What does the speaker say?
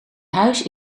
huis